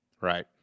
right